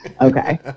Okay